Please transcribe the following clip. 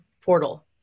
portal